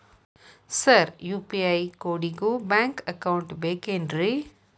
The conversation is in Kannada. ಸರ್ ಯು.ಪಿ.ಐ ಕೋಡಿಗೂ ಬ್ಯಾಂಕ್ ಅಕೌಂಟ್ ಬೇಕೆನ್ರಿ?